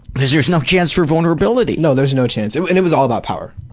because there's no chance for vulnerability. no, there's no chance. and it was all about power.